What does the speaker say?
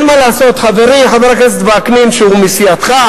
אין מה לעשות, חברי חבר הכנסת וקנין, שהוא מסיעתך,